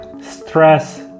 stress